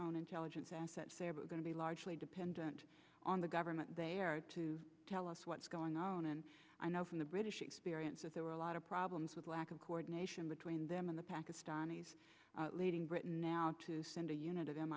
own intelligence assets they are going to be largely dependent on the government there to tell us what's going on and i know from the british experience that there were a lot of problems with lack of coordination between them and the pakistanis leading britain now to send a unit of m